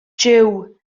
jiw